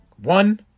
One